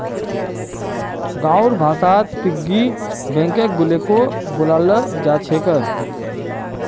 गाँउर भाषात पिग्गी बैंकक गुल्लको बोलाल जा छेक